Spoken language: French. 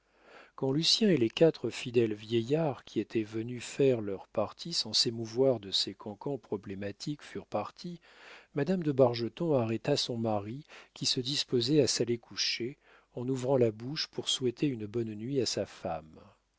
quand lucien et les quatre fidèles vieillards qui étaient venus faire leur partie sans s'émouvoir de ces cancans problématiques furent partis madame de bargeton arrêta son mari qui se disposait à s'aller coucher en ouvrant la bouche pour souhaiter une bonne nuit à sa femme